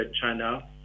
China